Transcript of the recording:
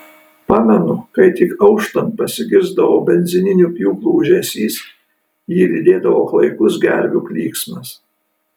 pamenu kai tik auštant pasigirsdavo benzininių pjūklų ūžesys jį lydėdavo klaikus gervių klyksmas